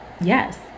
yes